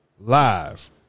Live